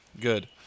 Good